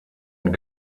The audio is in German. und